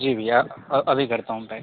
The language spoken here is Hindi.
जी भैया अभी करता हूँ पैक